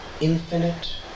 infinite